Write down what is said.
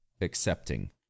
accepting